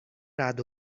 رعد